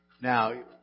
Now